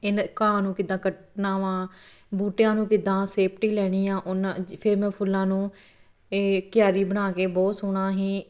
ਇਹਨਾਂ ਦੇ ਘਾਹ ਨੂੰ ਕਿੱਦਾਂ ਕੱਟਣਾ ਵਾਂ ਬੂਟਿਆਂ ਨੂੰ ਕਿੱਦਾਂ ਸੇਫਟੀ ਲੈਣੀ ਆ ਉਹਨਾਂ ਫਿਰ ਮੈਂ ਫੁੱਲਾਂ ਨੂੰ ਇਹ ਕਿਆਰੀ ਬਣਾ ਕੇ ਬਹੁਤ ਸੋਹਣਾ ਹੀ